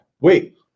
Wait